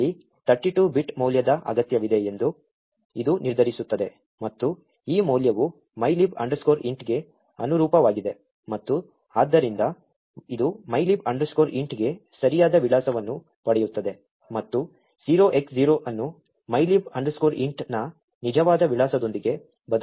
ಇಲ್ಲಿ 32 ಬಿಟ್ ಮೌಲ್ಯದ ಅಗತ್ಯವಿದೆ ಎಂದು ಇದು ನಿರ್ಧರಿಸುತ್ತದೆ ಮತ್ತು ಈ ಮೌಲ್ಯವು mylib int ಗೆ ಅನುರೂಪವಾಗಿದೆ ಮತ್ತು ಆದ್ದರಿಂದ ಇದು mylib int ಗೆ ಸರಿಯಾದ ವಿಳಾಸವನ್ನು ಪಡೆಯುತ್ತದೆ ಮತ್ತು 0X0 ಅನ್ನು mylib int ನ ನಿಜವಾದ ವಿಳಾಸದೊಂದಿಗೆ ಬದಲಾಯಿಸುತ್ತದೆ